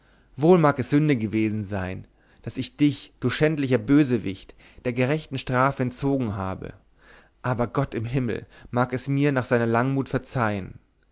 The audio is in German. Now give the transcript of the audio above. wohl mag es sünde gewesen sein daß ich dich du schändlicher bösewicht der gerechten strafe entzogen habe aber gott im himmel mag es mir nach seiner langmut verzeihen